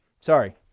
sorry